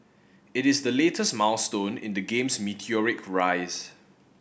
it is the latest milestone in the game's meteoric rise